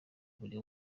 buri